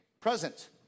present